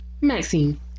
Maxine